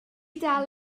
dal